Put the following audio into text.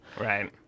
Right